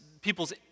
people's